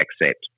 accept